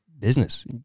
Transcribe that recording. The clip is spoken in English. business